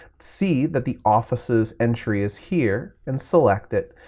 see that the offices entry is here and select it,